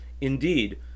Indeed